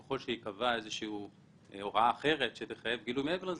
תיקבע איזו שהיא הוראה אחרת שתחייב גילוי מעבר לזה,